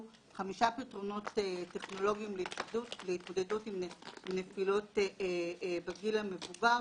חמישה פתרונות טכנולוגיים להתמודדות עם נפילות בגיל המבוגר,